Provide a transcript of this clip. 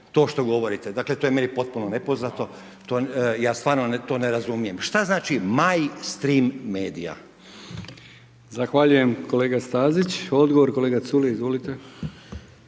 to što govorite. Dakle, to je meni potpuno nepoznato, ja stvarno to ne razumijem šta znači – maj strim medija? **Brkić, Milijan (HDZ)** Zahvaljujem kolega Stazić. Odgovor kolega Culej, izvolite.